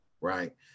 right